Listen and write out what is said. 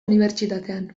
unibertsitatean